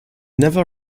never